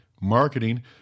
marketing